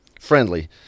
friendly